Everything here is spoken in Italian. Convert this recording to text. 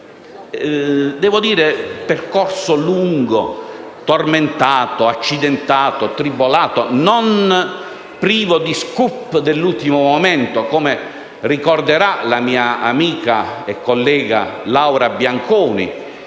percorso è stato lungo, tormentato, accidentato, tribolato, non privo di*scoop* dell'ultimo momento, come ricorderà la mia amica e collega Laura Bianconi,